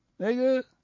Nigga